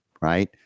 Right